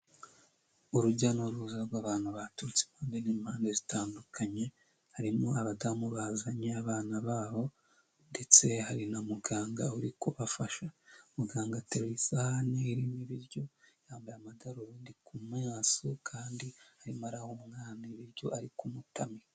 Urujya n'uruza rw'abantu baturutse impande n'impande zitandukanye harimo abadamu bazanye abana babo ndetse hari na muganga urikubafasha muganga ateruye isahani irimo ibiryo yambaye amadarubindi ku mamaso kandi ayimara umwana ibiryo ari kumutamika